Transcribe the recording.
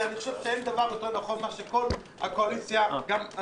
ואני חושב שאין דבר יותר נכון מאשר מה שגם כל הקואליציה אמרה,